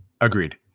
Agreed